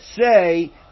say